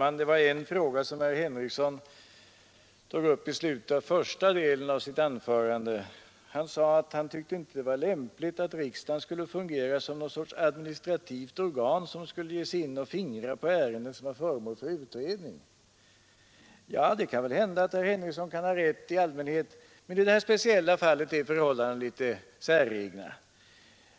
Herr talman! Herr Henrikson sade i slutet av första delen av sitt anförande att han inte tyckte att det var lämpligt att riksdagen skulle fungera som någon sorts administrativt organ som skulle ge sig in och fingra på ärenden som var föremål för utredning. Det kan väl hända att herr Henrikson har rätt i allmänhet, men i detta speciella fall är förhållandena litet säregna.